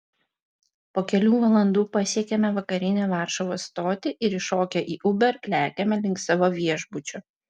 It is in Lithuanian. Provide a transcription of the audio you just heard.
po kelių valandų pasiekiame vakarinę varšuvos stotį ir įšokę į uber lekiame link savo viešbučio